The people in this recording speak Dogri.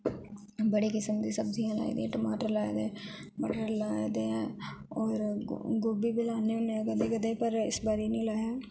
बड़े किस्म दियां सब्जियां लाई दियां टमाटर लाए दे मटर लाए दे ऐ होंर गोभी बी लान्ने होंने आ कदे कदे पर इस बारी नी लाया